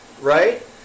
Right